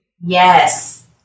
Yes